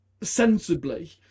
sensibly